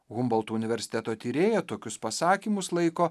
humboltų universiteto tyrėja tokius pasakymus laiko